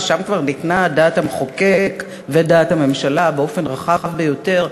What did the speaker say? ושם כבר ניתנה דעת המחוקק ודעת הממשלה באופן רחב ביותר,